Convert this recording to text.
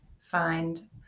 find